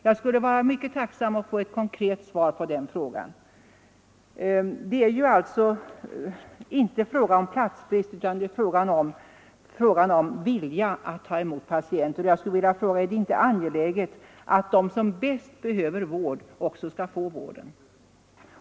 Jag skulle vara mycket tacksam för att få ett konkret svar på den frågan. Det är alltså inte fråga om platsbrist utan om bristande vilja att ta emot patienterna. Är det inte angeläget att de som bäst behöver vård också skall få vården?